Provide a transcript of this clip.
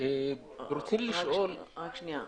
רק שנייה.